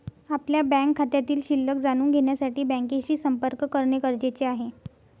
आपल्या बँक खात्यातील शिल्लक जाणून घेण्यासाठी बँकेशी संपर्क करणे गरजेचे आहे